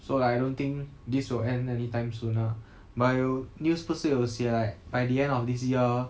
so like I don't think this will end anytime soon lah but 有 news 不是有写 like by the end of this year